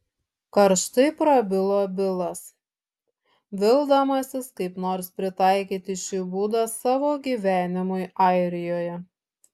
karštai prabilo bilas vildamasis kaip nors pritaikyti šį būdą savo gyvenimui airijoje